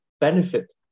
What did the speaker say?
benefit